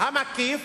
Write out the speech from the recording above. המקיף